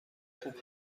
خوب